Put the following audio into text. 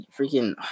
freaking